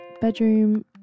bedroom